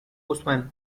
guzmán